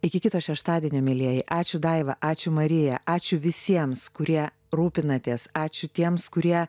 iki kito šeštadienio mielieji ačiū daiva ačiū marija ačiū visiems kurie rūpinatės ačiū tiems kurie